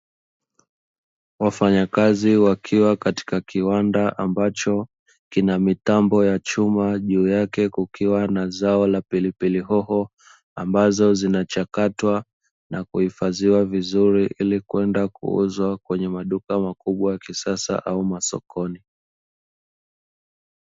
Wafanyakazi wakiwa katika kiwanda ambacho kina mitambo ya chuma juu yake, kukiwa na zao la pilipili hoho, ambazo zinachakatwa na kuhifadhiwa vizuri ili kwenda kuuzwa kwenye maduka makubwa ya kisasa au masokoni.